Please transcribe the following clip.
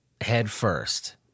headfirst